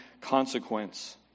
consequence